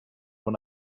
when